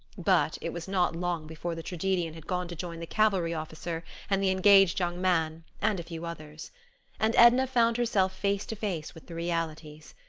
but it was not long before the tragedian had gone to join the cavalry officer and the engaged young man and a few others and edna found herself face to face with the realities.